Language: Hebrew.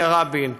אומר רבין,